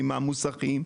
המוסכים,